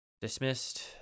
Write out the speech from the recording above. Dismissed